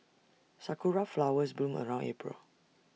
Sakura Flowers bloom around April